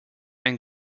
ein